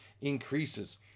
increases